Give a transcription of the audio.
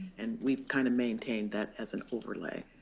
and we've kind of maintained that as an overlay.